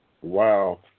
Wow